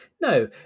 No